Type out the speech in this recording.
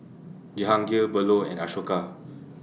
Jehangirr Bellur and Ashoka